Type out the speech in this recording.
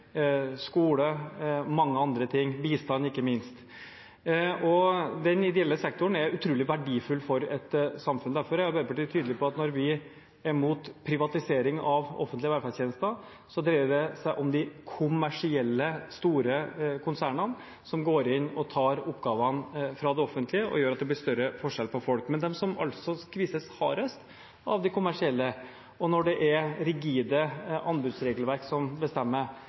skole og mange andre ting, bistand ikke minst. Den ideelle sektoren er utrolig verdifull for et samfunn. Derfor er Arbeiderpartiet tydelig på at når vi er imot privatisering av offentlige velferdstjenester, så dreier det seg om de kommersielle, store konsernene som går inn og tar oppgavene fra det offentlige og gjør at det blir større forskjell på folk. Men de som skvises hardest av de kommersielle, når det er rigide anbudsregelverk som bestemmer,